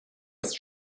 ist